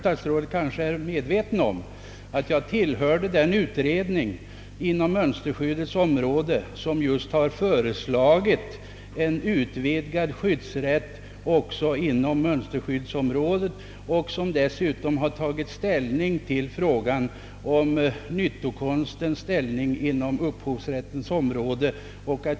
Statsrådet kanske är medveten om att jag tillhörde den utredning som just har föreslagit en utvidgad skyddsrätt på mönsterskyddets område 'och som dessutom har framlagt förslag beträffande nyttokonstens ställning på upphovsrättens område.